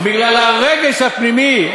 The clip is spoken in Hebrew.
בגלל הרגש הפנימי.